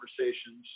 conversations